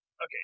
Okay